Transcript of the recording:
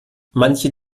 manche